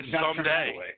Someday